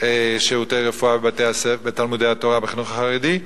שירותי רפואה בתלמודי התורה, בחינוך החרדי.